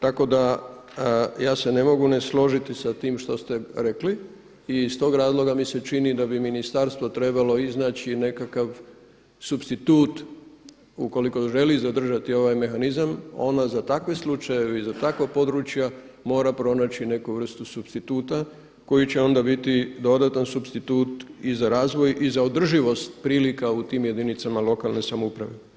Tako da ja se ne mogu ne složiti sa time što ste rekli i iz tog razloga mi se čini da bi ministarstvo trebalo iznaći nekakav supstitut ukoliko želi zadržati ovaj mehanizam, ono za takve slučajeve i za takva područja mora pronaći neku vrstu supstituta koji će onda biti dodatan supstitut i za razvoj i za održivost prilika u tim jedinicama lokalne samouprave.